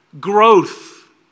Growth